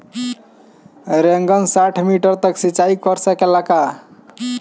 Rain gun साठ metre तक सिचाई कर सकेला का?